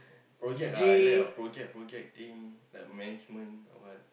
project ah like your project project thing like management or what